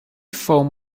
foam